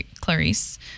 Clarice